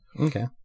Okay